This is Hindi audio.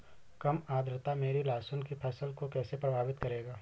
कम आर्द्रता मेरी लहसुन की फसल को कैसे प्रभावित करेगा?